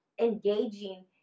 engaging